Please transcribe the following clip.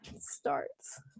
starts